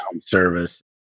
Service